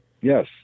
Yes